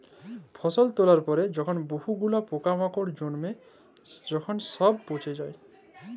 ফসল তোলার পরে যখন বহু গুলা পোকামাকড়ের জনহে যখন সবচে পচে যায়